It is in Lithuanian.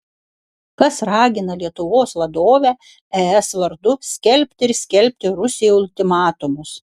kas ragina lietuvos vadovę es vardu skelbti ir skelbti rusijai ultimatumus